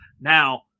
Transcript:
Now